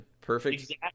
Perfect